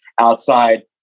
outside